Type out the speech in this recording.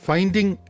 Finding